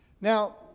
Now